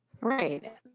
right